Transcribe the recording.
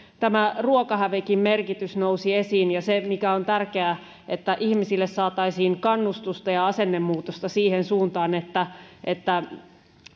ruokahävikin merkitys nousi esiin ja se mikä on tärkeää että ihmisille saataisiin kannustusta ja asennemuutosta siihen suuntaan että että